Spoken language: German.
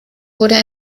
wurde